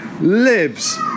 Lives